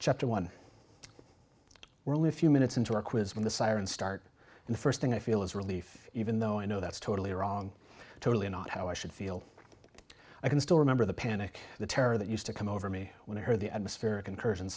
chapter one we're only a few minutes into our quiz when the sirens start and the first thing i feel is relief even though i know that's totally wrong totally not how i should feel i can still remember the panic the terror that used to come over me when i heard the atmospheric incursion